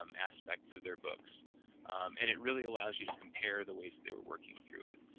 um aspects of their books and it really allows you to compare the ways they were working through it.